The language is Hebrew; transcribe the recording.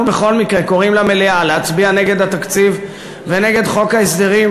אנחנו בכל מקרה קוראים למליאה להצביע נגד התקציב ונגד חוק ההסדרים,